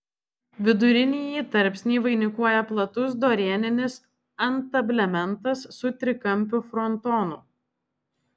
vidurinįjį tarpsnį vainikuoja platus dorėninis antablementas su trikampiu frontonu